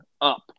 up